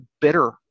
bitter